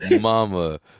mama